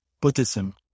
Buddhism